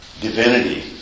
divinity